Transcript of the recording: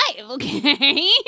Okay